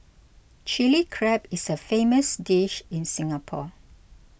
Chilli Crab is a famous dish in Singapore